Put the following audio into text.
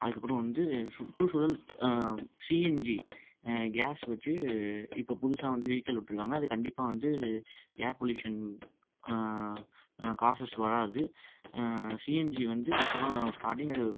அதுக்கப்புறம் வந்து சுற்றுச்சூழல் சிஎன்ஜி கேஸ் வைச்சு இப்போ புதுசாக வந்து வெயிக்கள் விட்ருக்காங்க அது கண்டிப்பாக வந்து ஏர் பொல்யூஷன் காசஸ் வராது சிஎன்ஜி வந்து இப்போ தான் ஸ்டார்டிங் அது